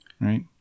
right